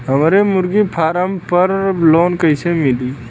हमरे मुर्गी फार्म पर लोन कइसे मिली?